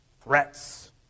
Threats